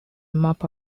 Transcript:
mop